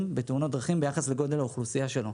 בתאונות דרכים ביחס לגודל האוכלוסייה שלו,